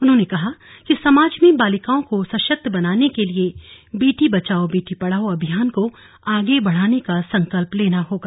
उन्होंने कहा कि समाज में बालिकाओं को सशक्त बनाने के लिए बेटी बचाओ बेटी पढ़ाओ अभियान को आगे बढ़ाने का संकल्प लेना होगा